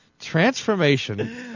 Transformation